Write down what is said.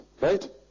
right